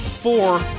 Four